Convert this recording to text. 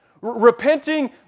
Repenting